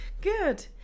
Good